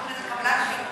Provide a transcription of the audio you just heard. עובדי קבלן שירותים,